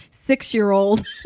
six-year-old